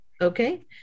Okay